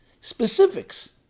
Specifics